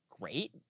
great